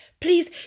Please